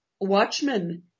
watchmen